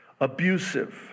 abusive